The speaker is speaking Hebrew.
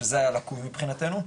שזה היה לקוי מבחינתנו.